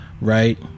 right